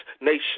nation